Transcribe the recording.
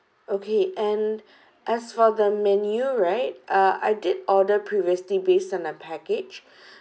okay and as for the menu right uh I did order previously based on a package